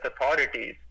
authorities